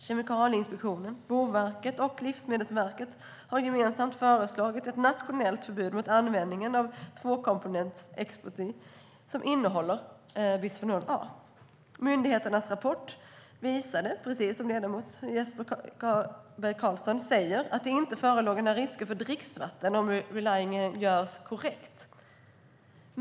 Kemikalieinspektionen, Boverket och Livsmedelsverket har gemensamt föreslagit ett nationellt förbud mot användningen av tvåkomponentsepoxi som innehåller bisfenol A. Myndigheternas rapport visade, som ledamot Jesper Skalberg Karlsson säger, att det inte föreligger några risker för dricksvatten om reliningen görs korrekt.